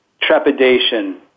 trepidation